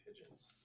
pigeons